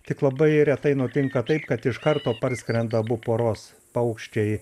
tik labai retai nutinka taip kad iš karto parskrenda abu poros paukščiai